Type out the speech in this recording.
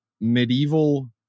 medieval